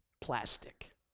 Plastic